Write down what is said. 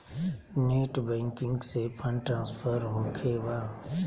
Net banking से fund transfer होखें बा?